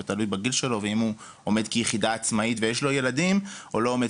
זה תלוי בגיל שלו ואם הוא עומד כיחידה עצמאית ויש לו ילדים או לא עומד